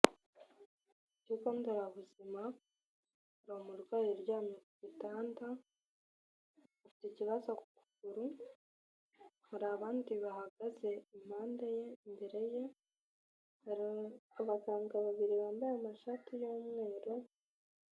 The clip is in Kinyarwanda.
Ikigo nderabuzima, hari umurwayi uryamye ku gitanda, ufite ikibazo ku kuguru, hari abandi bahagaze impande ye imbere ye, hari abaganga babiri bambaye amashati y'imyeru.